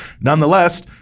nonetheless